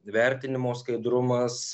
vertinimo skaidrumas